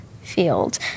field